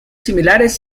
similares